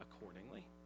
accordingly